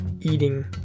eating